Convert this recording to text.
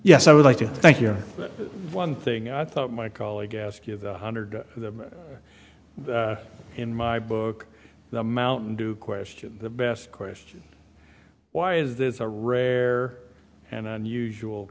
yes i would like to thank you but one thing i thought my colleague asked you the one hundred in my book the mountain dew question the best question why is this a rare and unusual